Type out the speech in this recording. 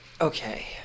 Okay